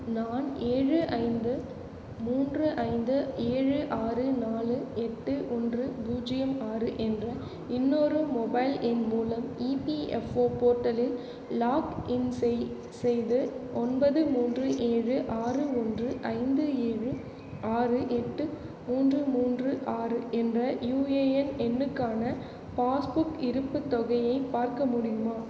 நான் ஏழு ஐந்து மூன்று ஐந்து ஏழு ஆறு நாலு எட்டு ஒன்று பூஜ்ஜியம் ஆறு என்ற இன்னொரு மொபைல் எண் மூலம் இபிஎஃப்ஒ போர்ட்டலில் லாக்இன் செய்து செய்து ஒன்பது மூன்று ஏழு ஆறு ஒன்று ஐந்து ஏழு ஆறு எட்டு மூன்று மூன்று ஆறு என்ற யுஏஎன் எண்ணுக்கான பாஸ்புக் இருப்புத் தொகையை பார்க்க முடியுமா